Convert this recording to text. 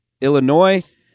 Illinois